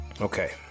Okay